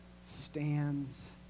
stands